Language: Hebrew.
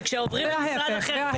כשעובדים למשרד אחר?